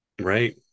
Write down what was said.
Right